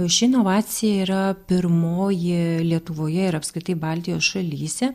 ši inovacija yra pirmoji lietuvoje ir apskritai baltijos šalyse